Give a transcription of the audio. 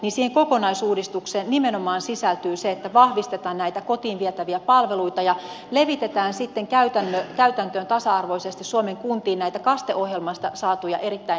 siihen kokonaisuudistukseen nimenomaan sisältyy se että vahvistetaan näitä kotiin vietäviä palveluita ja levitetään sitten käytäntöön tasa arvoisesti suomen kuntiin näitä kaste ohjelmasta saatuja erittäin hyviä malleja